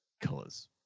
Colors